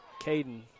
Caden